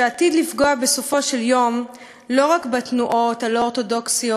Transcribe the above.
שעתיד לפגוע בסופו של יום לא רק בתנועות הלא-אורתודוקסיות,